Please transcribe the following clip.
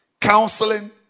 counseling